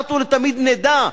אחת ולתמיד נדע.